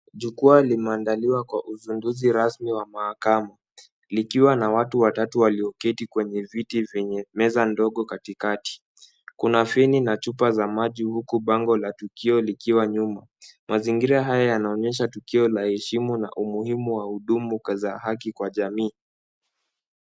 Jukwaa limeandaliwa kwa uzinduzi rasmi wa mahakama likiwa na watu watatu walioketi kwenye viti vyenye meza ndogo katikati. Kuna feni na chupa za maji, huku bango la tukio likiwa nyuma. Mazingira haya yanaonyesha tukio la heshimu na umuhimu wa hudumu za haki kwa jamii.